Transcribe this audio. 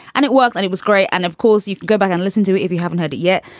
and it worked and it was great. and of course, you can go back and listen to it if you haven't heard it yet,